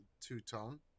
two-tone